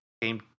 game